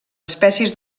espècies